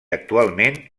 actualment